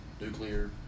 Nuclear